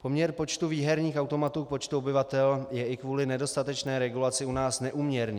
Poměr počtu výherních automatů k počtu obyvatel je i kvůli nedostatečné regulaci u nás neúměrný.